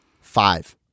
Five